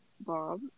Bob